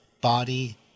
body